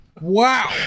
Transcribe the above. Wow